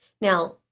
Now